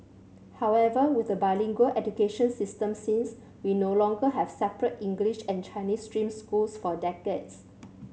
however with a bilingual education system since we no longer have separate English and Chinese stream schools for decades